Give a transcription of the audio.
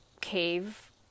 cave